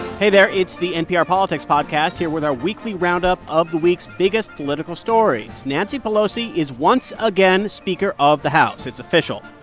hey there. it's the npr politics podcast here with our weekly roundup of the week's biggest political stories. nancy pelosi is once again speaker of the house. it's official.